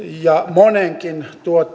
monenkin